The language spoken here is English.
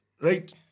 Right